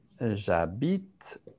J'habite